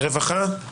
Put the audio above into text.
רווחה, בבקשה.